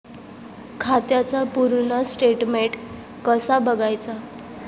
खात्याचा पूर्ण स्टेटमेट कसा बगायचा?